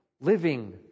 Living